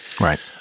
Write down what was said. Right